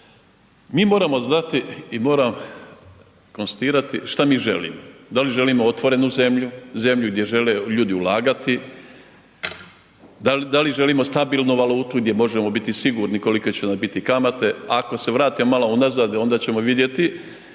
Mi moramo znati i moram konstatirati šta mi želimo. Da li želimo otvorenu zemlju, zemlju gdje žele ljudi ulagati, da li želimo stabilnu valutu gdje možemo biti sigurni koliko će nam biti kamate, ako se vratimo malo unazad, onda ćemo vidjeti